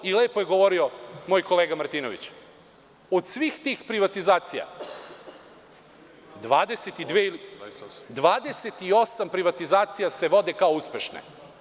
Lepo je govorio moj kolega Martinović, od svih tih privatizacija, 28 privatizacija se vode kao uspešne.